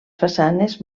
façanes